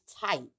tight